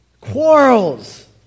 quarrels